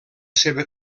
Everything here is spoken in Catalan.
seva